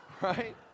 Right